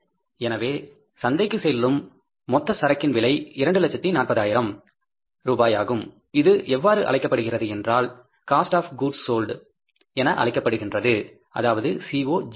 எனவே சந்தைக்குச் செல்லும் மொத்தத் சரக்கின் விலை 240000 ரூபாயாகும் இது எவ்வாறு அழைக்கப்படுகிறது என்றால் இது காஸ்ட் ஆப் கூட்ஸ் சோல்ட் என அழைக்கப்படுகிறது COGS